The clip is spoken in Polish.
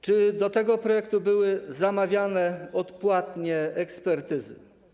Czy do tego projektu były zamawiane odpłatne ekspertyzy?